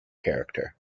character